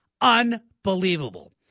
Unbelievable